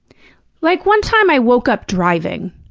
like, one time i woke up driving.